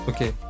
Okay